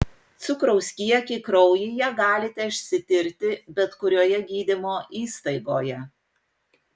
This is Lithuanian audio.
cukraus kiekį kraujyje galite išsitirti bet kurioje gydymo įstaigoje